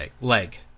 leg